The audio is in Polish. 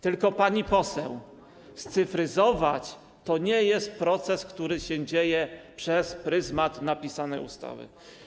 Tylko, pani poseł, scyfryzowanie to nie jest proces, który się dzieje przez pryzmat napisanej ustawy.